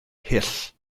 hyll